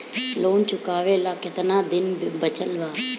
Loan चुकावे ला कितना दिन बचल बा?